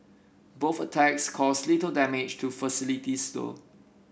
both attacks caused little damage to facilities though